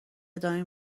ادامه